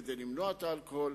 כדי למנוע את האלכוהול.